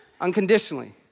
unconditionally